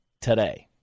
today